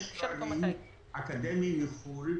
יש תארים אקדמיים מחו"ל,